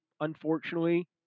unfortunately